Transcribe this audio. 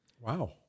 wow